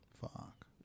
Fuck